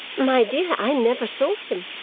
my dear, i never saw him.